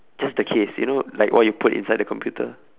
just the case you know like what you put inside the computer